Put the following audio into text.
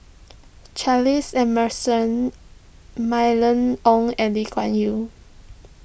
Charles Emmerson Mylene Ong and Lee Kuan Yew